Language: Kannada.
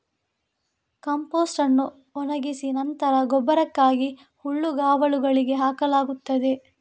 ಕಾಂಪೋಸ್ಟ್ ಅನ್ನು ಒಣಗಿಸಿ ನಂತರ ಗೊಬ್ಬರಕ್ಕಾಗಿ ಹುಲ್ಲುಗಾವಲುಗಳಿಗೆ ಹಾಕಲಾಗುತ್ತದೆ